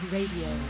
Radio